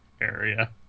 area